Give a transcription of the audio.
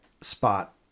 spot